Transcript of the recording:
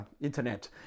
internet